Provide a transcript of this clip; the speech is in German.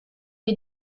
wir